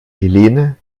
helene